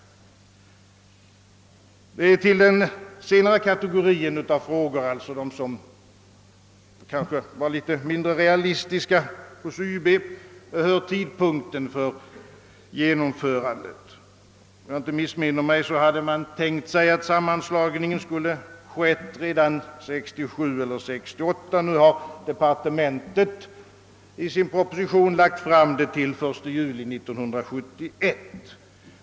Till denna kategori av frågor — alltså de som kanske var litet mindre realistiskt behandlade av yrkesutbildningsberedningen — hör tidpunkten för genomförandet av sammanslagningen. Om jag inte missminner mig, hade man tänkt sig att sammanslagningen skulle ha skett redan 1967 eller 1968. Nu har departementschefen i sin proposition flyttat fram tidpunkten till 1 juli 1971.